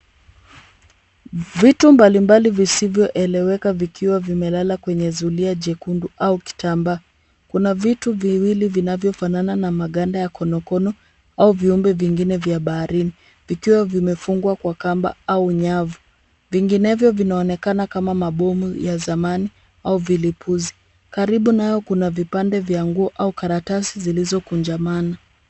Vitu mbalimbali visivyoeleweka vikiwa vimelala kwenye zulia jekundu au kitambaa. Kuna vitu viwili vinavyofanana na maganda ya konokono au viumbe vingine vya baharini, vikiwa vimefungwa kwa kamba au nyavu, vinginevyo vinaonekana kama mabomu ya zamani au vilipuzi. Karibu nazo kuna vipande vya nguo au karatasi zilizokujamana.